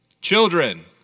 Children